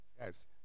Yes